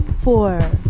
four